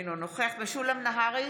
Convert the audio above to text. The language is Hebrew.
אינו נוכח משולם נהרי,